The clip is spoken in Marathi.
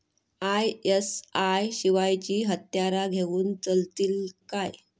आय.एस.आय शिवायची हत्यारा घेऊन चलतीत काय?